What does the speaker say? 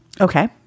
Okay